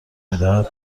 میدهد